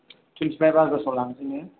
twenty five आगस्त'आव लानोसै ना